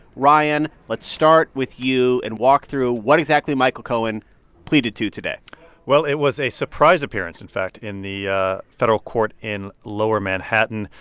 ryan, let's start with you and walk through what exactly michael cohen pleaded to today well, it was a surprise appearance, in fact, in the federal court in lower manhattan.